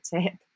tip